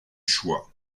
choix